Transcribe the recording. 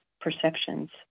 perceptions